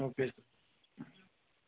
okay